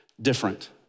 Different